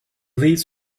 leaves